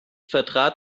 vertrat